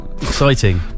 Exciting